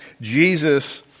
Jesus